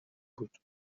بود